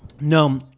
No